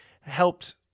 helped